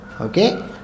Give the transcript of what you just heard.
Okay